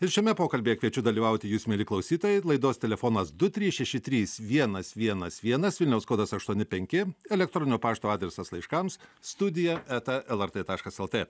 ir šiame pokalbyje kviečiu dalyvauti jus mieli klausytojai laidos telefonas du trys šeši trys vienas vienas vienas vilniaus kodas aštuoni penki elektroninio pašto adresas laiškams studija eta lrt taškas lt